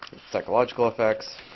psychological effects.